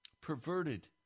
perverted